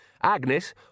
Agnes